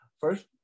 first